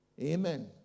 Amen